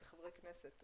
כחברי הכנסת,